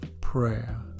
prayer